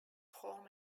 home